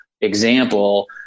example